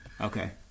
Okay